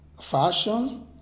fashion